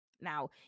now